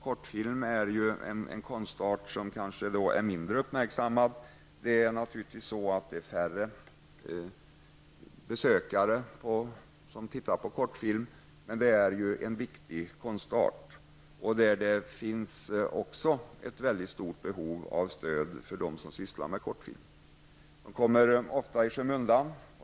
Kortfilm är ju en konstart som kanske är mindre uppmärksammad. Det är naturligtvis färre besökare som tittar på kortfilm, men det är en viktig konstart. Det finns också ett mycket stort behov av stöd till dem som sysslar med kortfilm. De kommer ofta i skymundan.